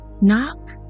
knock